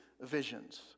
visions